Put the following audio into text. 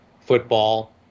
football